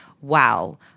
wow